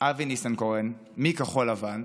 אבי ניסנקורן מכחול לבן,